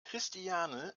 christiane